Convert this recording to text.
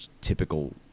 typical